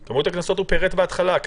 את כמות הקנסות הוא פירט בהתחלה.